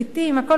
הכול אותו דבר,